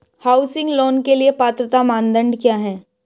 Housing loan के लिए पात्रता मानदंड क्या हैं?